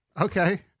okay